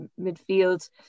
midfield